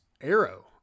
Arrow